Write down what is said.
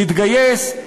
להתגייס,